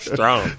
Strong